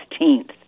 16th